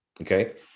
okay